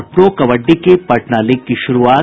और प्रो कबड्डी के पटना लीग की शुरूआत